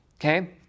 Okay